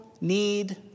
need